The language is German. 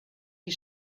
die